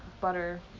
butter